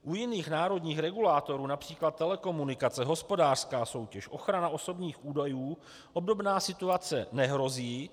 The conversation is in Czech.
U jiných národních regulátorů, např. telekomunikace, hospodářská soutěž, ochrana osobních údajů, obdobná situace nehrozí.